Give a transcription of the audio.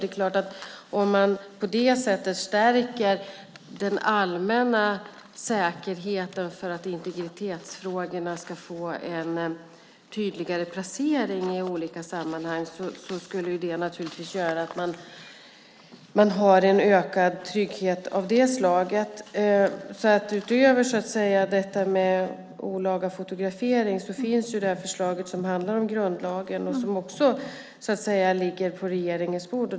Det är klart att om man på det sättet stärker den allmänna säkerheten så att integritetsfrågorna får en tydligare placering i olika sammanhang skulle det göra att man får en ökad trygghet av det slaget. Utöver tankarna om olaga fotografering finns ju förslaget som handlar om grundlagen och som också ligger på regeringens bord.